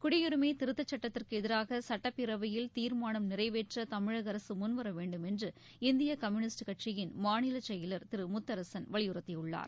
குடியுரிமை திருத்தச் சுட்டத்திற்கு எதிராக சுட்டப்பேரவையில் தீர்மானம் நிறைவேற்ற தமிழக அரசு முன்வர வேண்டும் என்று இந்திய கம்பூனிஸ்ட் கட்சியின் மாநில செயலர் திரு முத்தரசன் வலியுறுத்தியுள்ளார்